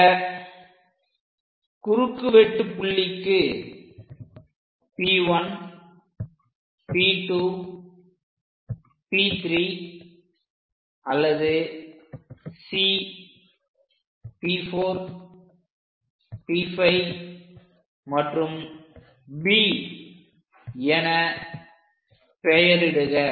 இந்த குறுக்கு வெட்டுப் புள்ளிக்கு P 1 P 2 P 3 அல்லது C P 4 P 5 மற்றும் B என பெயரிடுக